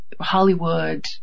Hollywood